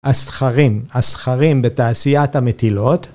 ‫הזכרים, הזכרים בתעשיית המטילות